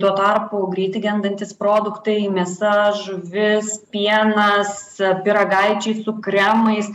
tuo tarpu greitai gendantys produktai mėsa žuvis pienas pyragaičiai su kremais